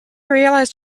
realized